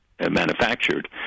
manufactured